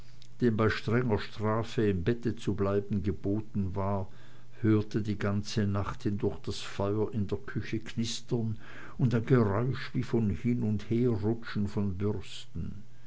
bei strenger strafe im bett zu bleiben geboten war hörte die ganze nacht hindurch das feuer in der küche knistern und ein geräusch wie von hin und herrutschen und bürsten